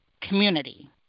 community